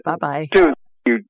Bye-bye